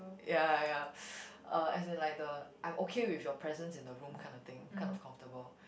ya ya as in like the I'm okay with your presence in the room kinda thing kind of comfortable